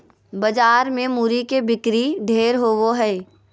बाजार मे मूरी के बिक्री ढेर होवो हय